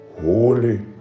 holy